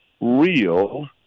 Real